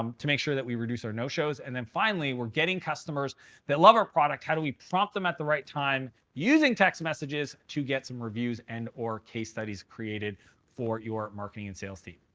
um to make sure that we reduce our no-shows. and then finally, we're getting customers that love our product. how do we prompt them at the right time using text messages to get some reviews and or case studies created for your marketing and sales team?